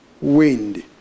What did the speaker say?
wind